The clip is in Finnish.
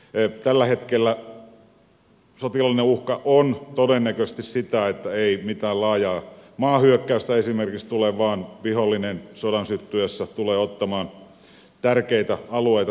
tällä hetkellä sotilaallinen uhka on todennäköisesti sitä että esimerkiksi mitään laajaa maahyökkäystä ei tule vaan vihollinen sodan syttyessä pyrkii ottamaan tärkeitä alueita haltuunsa